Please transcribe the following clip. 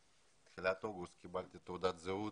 בתחילת אוגוסט קיבלתי תעודת זהות